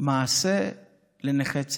מעשה למען נכי צה"ל.